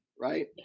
right